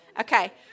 Okay